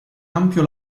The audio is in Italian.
ampio